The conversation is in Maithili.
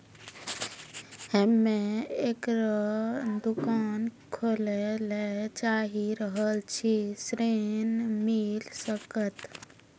हम्मे एगो दुकान खोले ला चाही रहल छी ऋण मिल सकत?